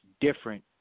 different